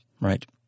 Right